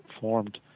formed